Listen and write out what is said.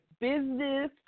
business